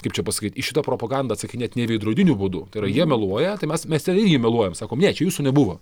kaip čia pasakyt į šitą propagandą atsakinėt ne veidrodiniu būdu tai yra jie meluoja tai mes mes ten irgi meluojam sakom ne čia jūsų nebuvo